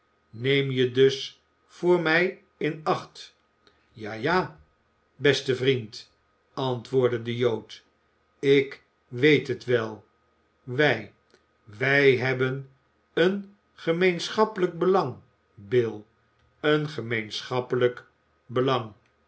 neem je dus voor mij in acht ja ja beste vriend antwoordde de jood ik weet het wel wij wij hebben een gemeenschappelijk belang bill een gemeenschappelijk belang